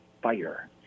fire